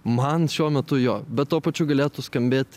man šiuo metu jo bet tuo pačiu galėtų skambėt